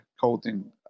coating